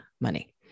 money